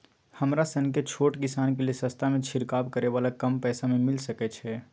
हमरा सनक छोट किसान के लिए सस्ता में छिरकाव करै वाला कम पैसा में मिल सकै छै?